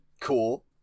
Cool